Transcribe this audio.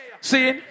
See